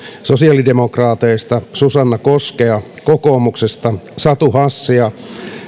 sosiaalidemokraateista susanna koskea kokoomuksesta satu hassia